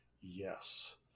Yes